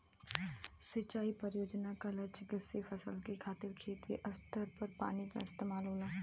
सिंचाई परियोजना क लक्ष्य कृषि फसल के खातिर खेत स्तर पर पानी क इस्तेमाल होला